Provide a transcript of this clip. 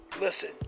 Listen